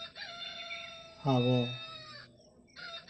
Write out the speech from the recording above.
ᱟᱵᱚ